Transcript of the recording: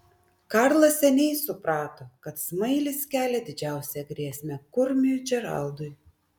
karlas seniai suprato kad smailis kelia didžiausią grėsmę kurmiui džeraldui